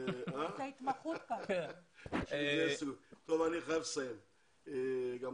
72. מישהו